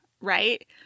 right